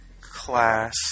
class